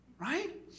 Right